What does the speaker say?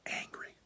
angry